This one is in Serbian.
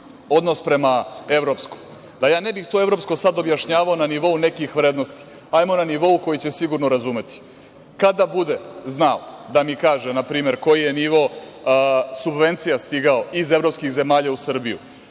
odnos prema evropskom. Da ja to ne bih sad evropsko objašnjavao na nivou nekih vrednosti, hajmo na nivou koji će sigurno razumeti, kada bude znao da mi kaže na primer koji je nivo subvencija stigao iz evropskih zemalja u Srbiju,